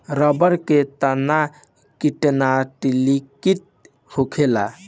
रबड़ के तनाव क्रिस्टलीकृत होखेला